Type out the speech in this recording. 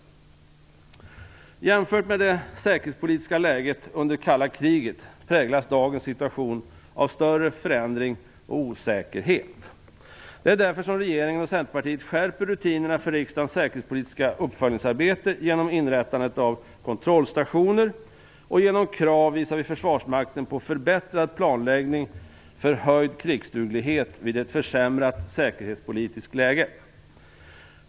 Jämfört med det säkerhetspolitiska läget under kalla kriget präglas dagens situation av större förändring och osäkerhet. Det är därför som regeringen och Centerpartiet skärper rutinerna för riksdagens säkerhetspolitiska uppföljningsarbete genom inrättandet av kontrollstationer och genom krav visavi Försvarsmakten på förbättrad planläggning för ökad krigsduglighet vid ett försämrat säkerhetspolitiskt läge.